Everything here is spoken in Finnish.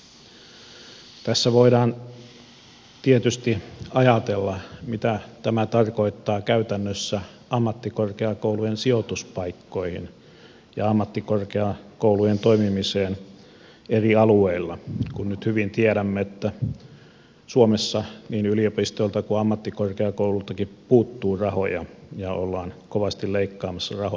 tässä voidaan tietysti ajatella miten tämä vaikuttaa käytännössä ammattikorkeakoulujen sijoituspaikkoihin ja ammattikorkeakoulujen toimimiseen eri alueilla kun nyt hyvin tiedämme että suomessa niin yliopistoilta kuin ammattikorkeakouluiltakin puuttuu rahoja ja ollaan kovasti leikkaamassa rahoituksesta